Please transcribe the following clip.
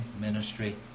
ministry